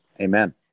amen